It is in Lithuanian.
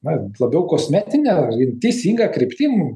na labiau kosmetinė teisinga kryptim